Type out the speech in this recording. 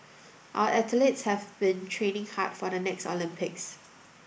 our athletes have been training hard for the next Olympics